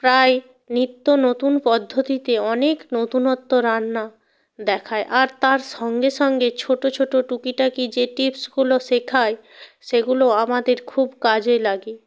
প্রায় নিত্য নতুন পদ্ধতিতে অনেক নতুনত্ব রান্না দেখায় আর তার সঙ্গে সঙ্গে ছোটো ছোটো টুকিটাকি যে টিপসগুলো শেখায় সেগুলো আমাদের খুব কাজে লাগে